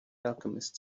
alchemist